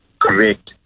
Correct